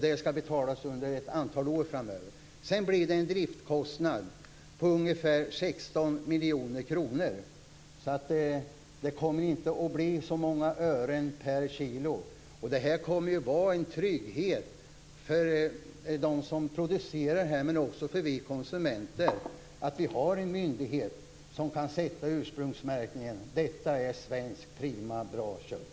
Det skall betalas under ett antal år framöver. Sedan blir det en driftkostnad på ungefär 16 miljoner kronor. Det kommer inte att bli så många ören per kilo. Det här kommer ju att vara en trygghet för dem som producerar dessa varor, men också för oss konsumenter. Vi har en myndighet som kan sätta ursprungsmärkningen, att detta är svenskt prima bra kött.